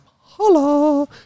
holla